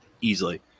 easily